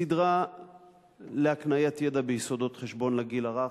סדרה להקניית ידע ביסודות חשבון לגיל הרך,